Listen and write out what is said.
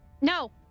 No